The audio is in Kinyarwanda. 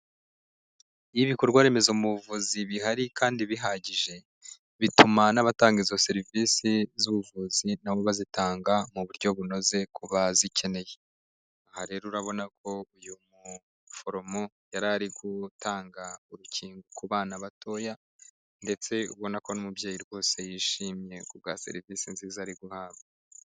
Iyo ibikorwaremezo mu buvuzi bihari kandi bihagije bituma n'abatanga izo serivisi z'ubuvuzi nabo bazitanga mu buryo bunoze ku bazikeneye. Aha rero urabona ko uyu muforomo yari ari gutanga urukingo ku bana batoya ndetse ubona ko n' umubyeyi rwose yishimiye kubwa serivisi nziza ari guhabwa.